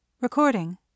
Recording